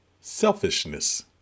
selfishness